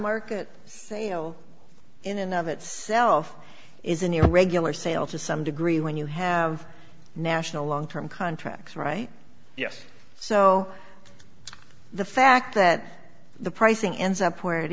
market sale in and of itself isn't your regular sale to some degree when you have national long term contracts right yes so the fact that the pricing ends up where it